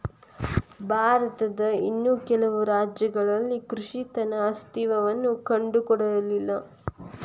ಭಾರತದ ಇನ್ನೂ ಕೆಲವು ರಾಜ್ಯಗಳಲ್ಲಿ ಕೃಷಿಯ ತನ್ನ ಅಸ್ತಿತ್ವವನ್ನು ಕಂಡುಕೊಂಡಿಲ್ಲ